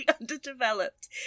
underdeveloped